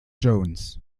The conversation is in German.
jones